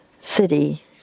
city